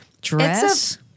dress